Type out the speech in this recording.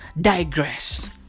digress